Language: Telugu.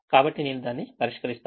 కాబట్టి నేను దాన్ని పరిష్కరిస్తాను